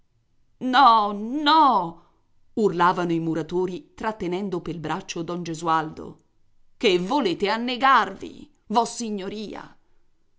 no no urlavano i muratori trattenendo pel braccio don gesualdo che volete annegarvi vossignoria